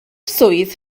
swydd